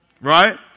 Right